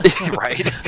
Right